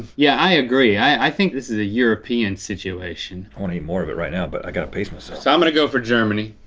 yeah i agree. i think this is a european situation. i wanna eat more of it right now but i gotta pace myself. so i'm gonna go for germany.